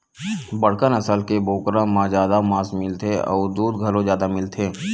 बड़का नसल के बोकरा म जादा मांस मिलथे अउ दूद घलो जादा मिलथे